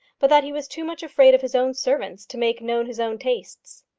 but that he was too much afraid of his own servants to make known his own tastes.